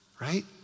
Right